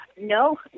No